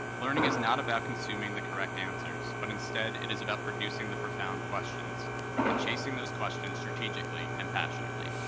learning is not about consuming the correct answers, but instead it is about producing the profound questions and chasing those questions strategically and passionately.